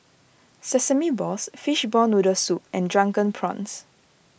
Sesame Balls Fishball Noodle Soup and Drunken Prawns